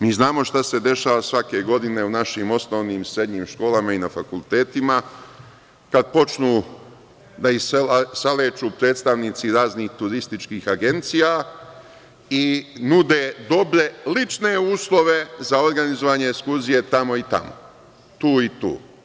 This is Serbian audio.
Mi znamo šta se dešava svake godine u našim osnovnim i srednjim školama i na fakultetima, kad počnu da ih saleću predstavnici raznih turističkih agencija i nude dobre lične uslove za organizovanje ekskurzije tamo i tamo, tu i tu.